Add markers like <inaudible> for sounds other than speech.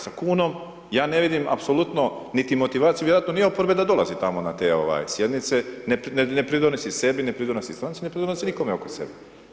Sa kunom ja ne vidim apsolutno niti motivaciju, vjerojatno ni oporbe da dolazi tamo na te sjednice, ne pridonosi sebi, ne pridonosi ... <unintelligible> ne pridonosi nikome oko sebe.